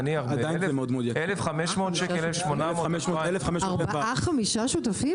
נניח 1,500 שקלים, 1,800. ארבעה חמישה שותפים?